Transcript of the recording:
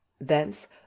thence